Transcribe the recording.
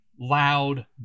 Loud